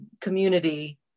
Community